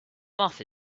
muff